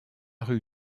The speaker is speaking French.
rue